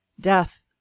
death